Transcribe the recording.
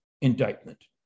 indictment